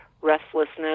restlessness